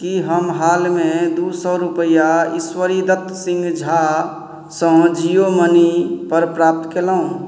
की हम हालमे दू सओ रुपैआ ईश्वरी दत्त सिंह झासँ जिओ मनीपर प्राप्त कयलहुँ